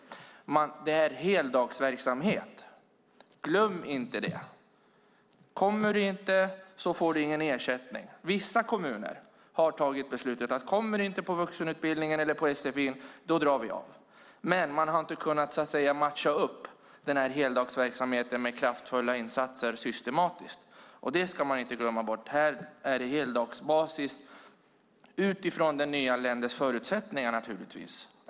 Det är fråga om en heldagsverksamhet, glöm inte det. Vissa kommuner har fattat beslutet att om du inte kommer på vuxenutbildningen eller på sfi drar de ned på ersättningen. Men man har inte systematiskt kunnat matcha heldagsverksamheten med kraftfulla insatser. Verksamheten sker på heldagsbasis, naturligtvis utifrån den nyanländes förutsättningar.